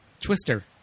Twister